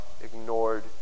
ignored